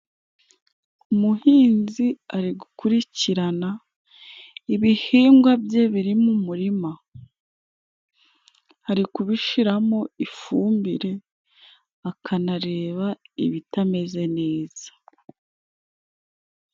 Umuhinzi ari gukurikirana ibihingwa bye, biri mo umurima. Ari kubishira mo ifumbire, akanareba ibitameze neza.